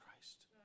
Christ